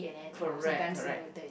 correct correct